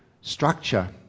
structure